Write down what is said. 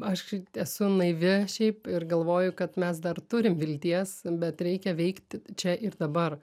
aš esu naivi šiaip ir galvoju kad mes dar turim vilties bet reikia veikti čia ir dabar